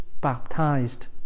baptized